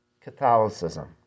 Catholicism